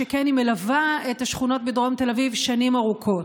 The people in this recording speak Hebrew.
שכן היא מלווה את השכונות בדרום תל אביב שנים ארוכות.